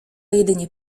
jedynie